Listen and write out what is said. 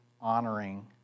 honoring